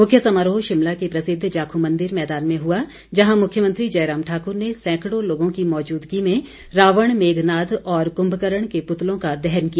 मुख्य समारोह शिमला के प्रसिद्ध जाखू मंदिर मैदान में हुआ जहां मुख्यमंत्री जयराम ठाकर ने सैंकड़ों लोगों की मौजूदगी में रावण मेघनाद और कृंभरण के पूतलों का दहन किया